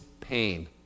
pain